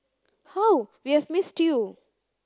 how we have missed you